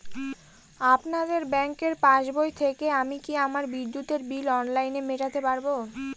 আপনাদের ব্যঙ্কের পাসবই থেকে আমি কি আমার বিদ্যুতের বিল অনলাইনে মেটাতে পারবো?